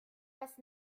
was